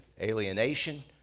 alienation